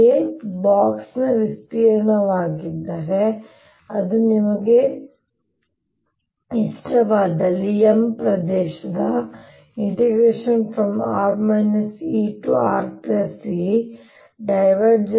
a ಈ ಬಾಕ್ಸ್ನ ವಿಸ್ತೀರ್ಣವಾಗಿದ್ದರೆ ಮತ್ತು ಅದು ನಿಮಗೆ ಇಷ್ಟವಾದಲ್ಲಿ M ಪ್ರದೇಶದ ಸಮಯ R ϵRϵ